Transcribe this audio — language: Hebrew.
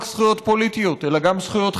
זכויות פוליטיות אלא גם זכויות חברתיות.